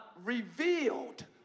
revealed